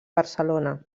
barcelona